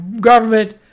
government